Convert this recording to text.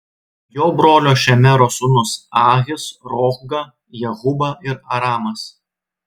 jo brolio šemero sūnūs ahis rohga jehuba ir aramas